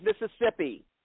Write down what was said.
Mississippi